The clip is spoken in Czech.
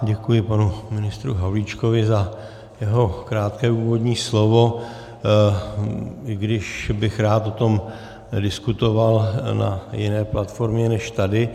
Děkuji panu ministru Havlíčkovi za jeho krátké úvodní slovo, i když bych rád o tom diskutoval na jiné platformě než tady.